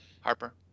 Harper